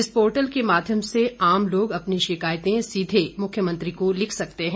इस पोटल के माध्यम से आम लोग अपनी शिकायतें सीधे मुख्यमंत्री को लिख सकते है